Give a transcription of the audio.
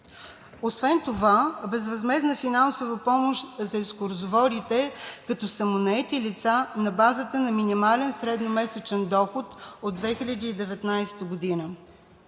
освен това – безвъзмездна финансова помощ за екскурзоводите като самонаети лица на базата на минимален средномесечен доход от 2019 г.